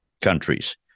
countries